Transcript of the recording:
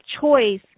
choice